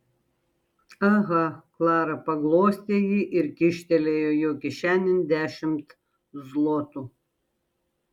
aha klara paglostė jį ir kyštelėjo jo kišenėn dešimt zlotų